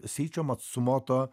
seišo matsumoto